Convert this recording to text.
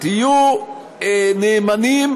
תהיו נאמנים